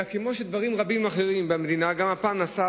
אלא שכמו דברים רבים אחרים במדינה גם הפעם נעשה